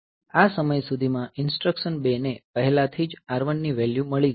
આ સમય સુધીમાં ઈન્સ્ટ્રકશન 2 ને પહેલાથી જ R1 ની વેલ્યુ મળી ગઈ છે